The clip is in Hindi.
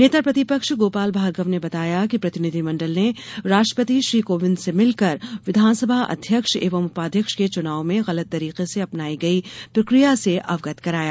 नेता प्रतिपक्ष गोपाल भार्गव ने बताया कि प्रतिनिधिमंडल ने राष्ट्रपति श्री कोविन्द से मिलकर विधानसभा अध्यक्ष एवं उपाध्यक्ष के चुनाव में गलत तरीके से अपनायी गयी प्रक्रिया से अवगत कराया